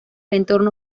entorno